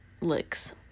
licks